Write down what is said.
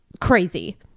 crazy